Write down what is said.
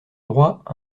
droit